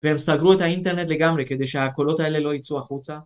והם סגרו את האינטרנט לגמרי כדי שהקולות האלה לא יצאו החוצה.